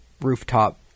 rooftop